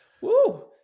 Woo